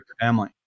family